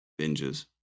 binges